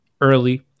early